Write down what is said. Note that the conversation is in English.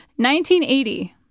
1980